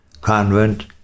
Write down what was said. convent